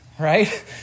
right